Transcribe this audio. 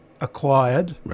acquired